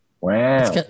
Wow